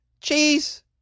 Cheese